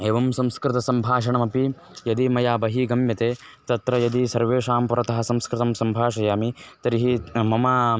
एवं संस्कृतसम्भाषणमपि यदि मया बहिः गम्यते तत्र यदि सर्वेषां पुरतः संस्कृतं सम्भाषयामि तर्हि मम